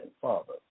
father